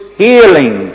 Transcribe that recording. healing